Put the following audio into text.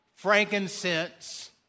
Frankincense